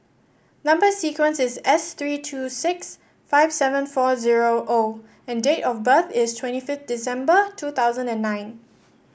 number sequence is S three two six five seven four zero O and date of birth is twenty fifth December two thousand and nine